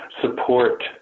support